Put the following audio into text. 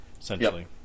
essentially